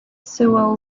sewell